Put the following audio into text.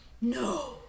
No